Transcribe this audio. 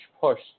push